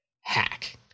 hack